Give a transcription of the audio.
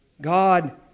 God